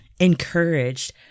encouraged